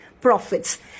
profits